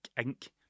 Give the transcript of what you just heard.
ink